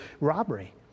robbery